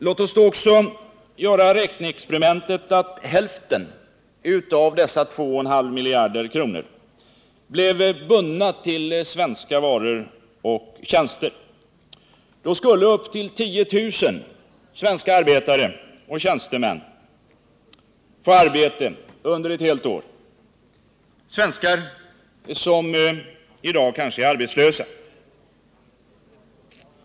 Låt oss också göra räkneexperimentet att hälften av dessa 2,5 miljarder blir bundna till svenska varor och tjänster — då skulle upp till 10 000 svenska arbetare och tjänstemän få arbete under ett helt år, svenskar som i dag kanske är arbetslösa.